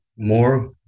more